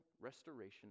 restoration